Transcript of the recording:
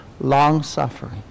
long-suffering